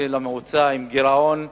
למועצה עם גירעון אדיר,